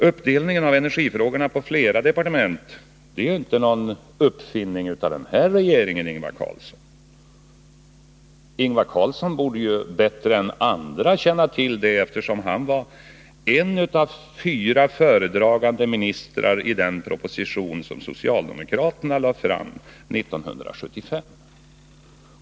Uppdelningen av energifrågorna på flera departement är inte någon uppfinning av den nu sittande regeringen. Ingvar Carlsson borde bättre än andra känna till detta, eftersom han var en av fyra föredragande ministrar i den proposition som socialdemokraterna lade fram 1975.